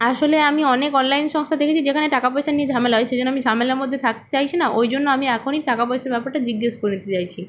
আসলে আমি অনেক অনলাইন সংস্থা দেখেছি যেখানে টাকা পয়সা নিয়ে ঝামেলা হয় সেই জন্য আমি ঝামেলার মধ্যে থাকতে চাইছি না ওই জন্য আমি এখনই টাকা পয়সার ব্যাপারটা জিজ্ঞাসা করে নিতে চাইছি